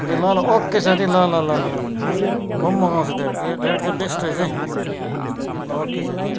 ए ल ल ओके साथी ल ल ल ल म पनि मगाउँछु रेड चाहिँ बेस्ट रहेछ है ल ओके साथी